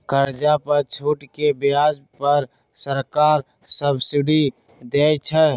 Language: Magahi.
कर्जा पर छूट के ब्याज पर सरकार सब्सिडी देँइ छइ